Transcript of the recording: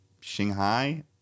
Shanghai